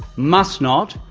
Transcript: must not,